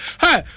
Hey